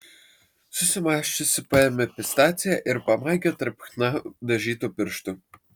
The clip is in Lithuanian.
susimąsčiusi paėmė pistaciją ir pamaigė tarp chna dažytų pirštų